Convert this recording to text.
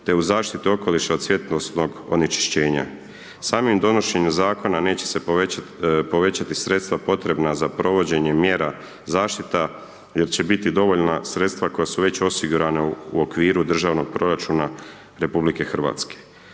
te u zaštiti okoliša od svjetlosnog onečišćenja. Samim donošenja Zakona neće se povećati sredstva potrebna za provođenjem mjera zaštita jer će biti dovoljna sredstva koja su već osigurana u okviru državnog proračuna RH.